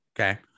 Okay